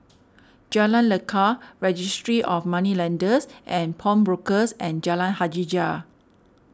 Jalan Lekar Registry of Moneylenders and Pawnbrokers and Jalan Hajijah